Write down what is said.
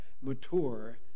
mature